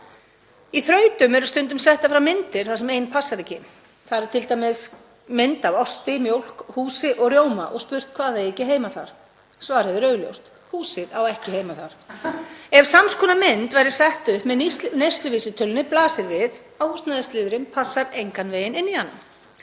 Í þrautum eru stundum lagðar fram myndir þar sem ein passar ekki, t.d. myndir af osti, mjólk, húsi og rjóma, og spurt hvað eigi ekki heima þar. Svarið er augljóst: Húsið á ekki heima þar. Ef sams konar mynd væri sett upp með neysluvísitölunni blasir við að húsnæðisliðurinn passar engan veginn inn í hana.